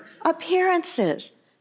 appearances